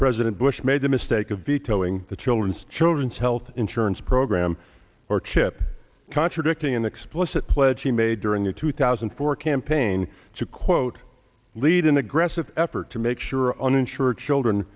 president bush made the mistake of vetoing the children's children's health insurance program or chip contradicting an explicit pledge he made during the two thousand and four campaign to quote lead an aggressive effort to make sure uninsured children